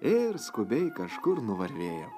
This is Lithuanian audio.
ir skubiai kažkur nuvarvėjo